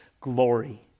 glory